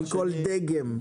מכל דגם.